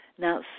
Now